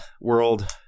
world